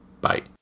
bye